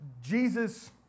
Jesus